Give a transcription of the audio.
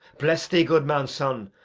bless thee, good man's son,